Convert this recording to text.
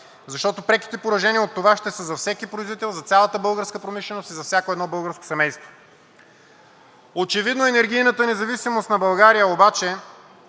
защото преките поражения от това ще са за всеки производител, за цялата българска промишленост и за всяко едно българско семейство. Очевидно енергийната независимост на България обаче